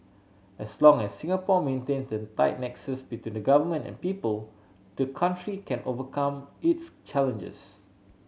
as long as Singapore maintains the tight nexus between the Government and people the country can overcome its challenges